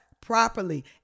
properly